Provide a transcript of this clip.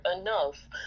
enough